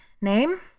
Name